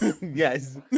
Yes